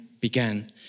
began